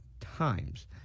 times